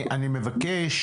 אני מבקש